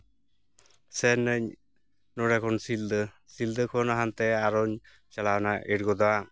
ᱥᱮᱱ ᱱᱟᱹᱧ ᱱᱚᱰᱮ ᱠᱷᱚᱱ ᱥᱤᱞᱫᱟᱹ ᱥᱤᱞᱫᱟᱹ ᱠᱷᱚᱱ ᱦᱟᱱᱛᱮ ᱟᱨᱚᱧ ᱪᱟᱞᱟᱣᱱᱟ ᱮᱲᱜᱚᱫᱟ